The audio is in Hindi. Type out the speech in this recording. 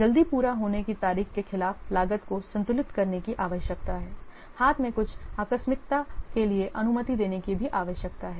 जल्दी पूरा होने की तारीख के खिलाफ लागत को संतुलित करने की आवश्यकता है हाथ में कुछ आकस्मिकता के लिए अनुमति देने की भी आवश्यकता है